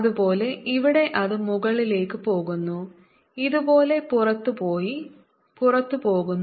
അതുപോലെ ഇവിടെ അത് മുകളിലേക്ക് പോകുന്നു ഇതുപോലെ പുറത്തുപോയി പുറത്തു പോകുന്നു